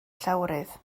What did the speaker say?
llawrydd